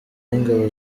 n’ingabo